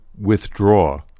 withdraw